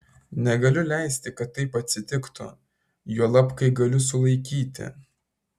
negaliu leisti kad taip atsitiktų juolab kai galiu sulaikyti